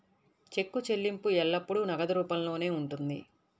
చెక్కు చెల్లింపు ఎల్లప్పుడూ నగదు రూపంలోనే ఉంటుంది